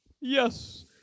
Yes